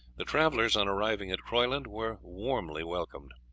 the travellers, on arriving at croyland, were warmly welcomed.